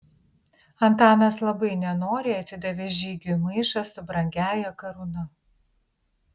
antanas labai nenoriai atidavė žygiui maišą su brangiąja karūna